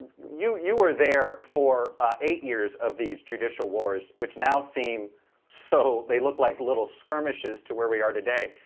you you were there for eight years of these judicial wars which now seem so they look like little skirmishes to where we are today.